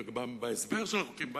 ובהסבר של החוקים,